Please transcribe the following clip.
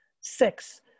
six